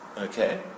Okay